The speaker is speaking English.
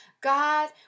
God